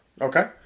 Okay